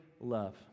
love